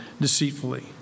deceitfully